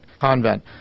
convent